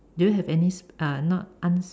do you any sp~ uh not un~